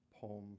poem